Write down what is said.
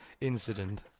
incident